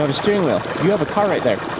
um steering wheel. you have a car right there.